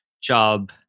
job